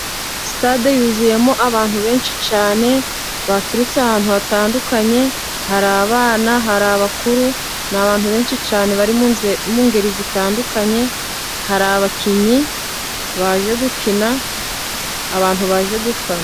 Stade yuzuyemo abantu benshi cyane, baturutse ahantu hatandukanye, hari abana hari abakuru ni abantu benshi cyane, bari mungeri zitandukanye hari abakinnyi baje gukina, abantu baje gufana.